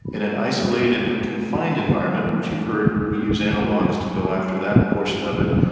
in an isolated and confined environment, which you've heard we use analogues to go after that portion of it,